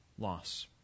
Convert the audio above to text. loss